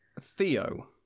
Theo